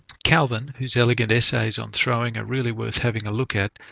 calvin, whose elegant essays on throwing are really worth having a look at,